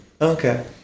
Okay